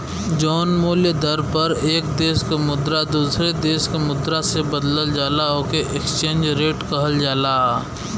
जौन मूल्य दर पर एक देश क मुद्रा दूसरे देश क मुद्रा से बदलल जाला ओके एक्सचेंज रेट कहल जाला